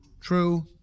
true